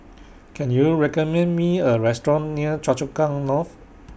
Can YOU recommend Me A Restaurant near Choa Chu Kang North